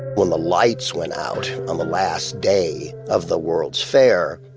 well, the lights went out on the last day of the world's fair.